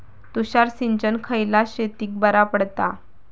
तुषार सिंचन खयल्या शेतीक बरा पडता?